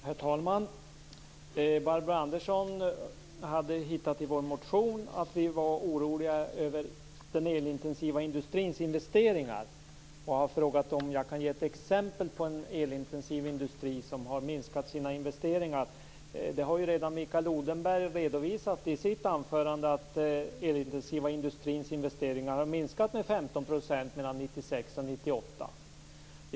Herr talman! Barbro Andersson hade i vår motion funnit att vi är oroliga över den elintensiva industrins investeringar. Hon frågade om jag kan ge ett exempel på en elintensiv industri som har minskat sina investeringar. Mikael Odenberg har ju redan i sitt anförande redovisat att den elintensiva industrins investeringar har minskat med 15 % under åren 1996-1998.